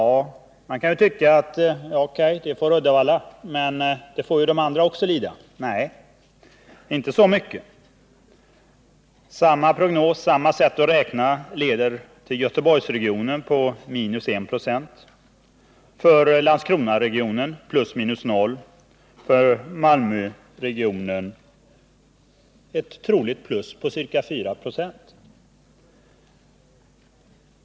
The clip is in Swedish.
Man kan då säga: O.K., det får Uddevalla, men det får också de andra lida. Nej, inte så mycket. Samma prognos, samma sätt att räkna, leder för Göteborgsregionen till minus 1 96, Landskronaregionen plus minus noll, Malmöregionen troligen plus ca 4 96.